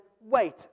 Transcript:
wait